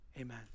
Amen